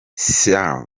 sir